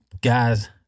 guys